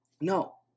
No